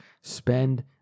spend